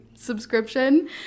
subscription